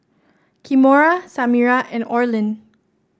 Kimora Samira and Orlin